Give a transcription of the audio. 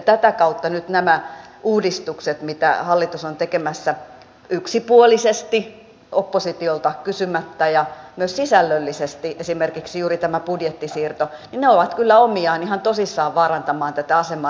tätä kautta nyt nämä uudistukset mitä hallitus on tekemässä yksipuolisesti oppositiolta kysymättä ja myös sisällöllisesti esimerkiksi juuri tämä budjettisiirto ovat kyllä omiaan ihan tosissaan vaarantamaan tätä asemaa